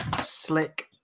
slick